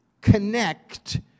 connect